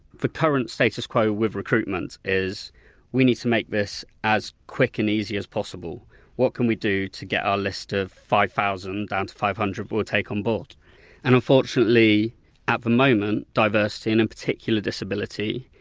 the current status quo with recruitment is we need to make this as quick and easy as possible. what can we do to get our list of five thousand down to five hundred will take on board and unfortunately at the moment diversity, and in particular disability,